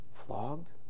Flogged